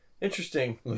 Interesting